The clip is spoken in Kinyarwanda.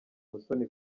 musoni